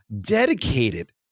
dedicated